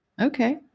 Okay